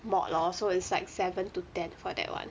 mod lor so it's like seven to ten for that [one]